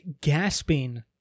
gasping